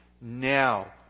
now